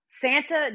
Santa